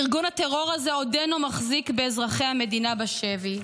ארגון הטרור הזה עודנו מחזיק באזרחי המדינה בשבי.